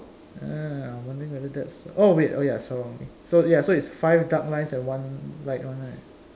err I'm wondering whether that's oh wait oh ya saw wrongly so ya so it's five dark lines and one light one right